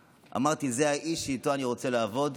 אמרתי: זה האיש שאיתו אני רוצה לעבוד.